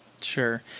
Sure